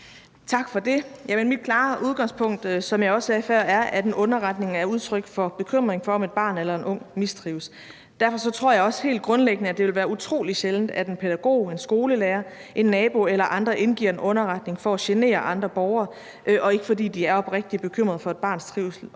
Tak for det. Mit klare udgangspunkt er, som jeg også sagde før, at en underretning er udtryk for bekymring for, om et barn eller en ung mistrives. Derfor tror jeg også helt grundlæggende, at det vil være utrolig sjældent, at en pædagog, en skolelærer, en nabo eller andre indgiver en underretning for at genere andre borgere og ikke, fordi de er oprigtigt bekymrede for et barns trivsel